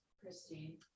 Christine